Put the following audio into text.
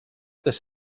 this